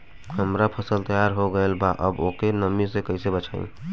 हमार फसल तैयार हो गएल बा अब ओके नमी से कइसे बचाई?